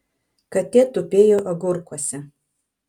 katė tupėjo agurkuose